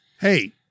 Hey